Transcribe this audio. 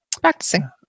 Practicing